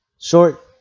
Short